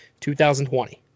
2020